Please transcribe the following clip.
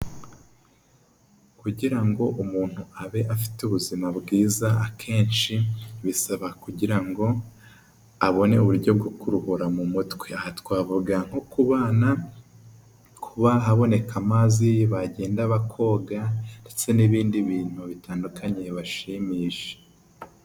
Kugira ngo umuntu abe afite ubuzima bwiza akenshi bisaba kugira ngo abone uburyo bwo kuruhura mu mutwe, aha twavuga nko ku bana kuba haboneka amazi bagenda bakoga ndetse n'ibindi bintu bitandukanye bibashimisha.